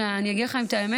שאני אגיד לך את האמת,